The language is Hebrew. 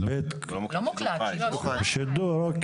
לא מוקלט בשידור חי.